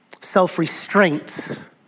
Self-restraint